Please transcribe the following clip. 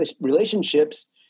relationships